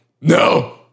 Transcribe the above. No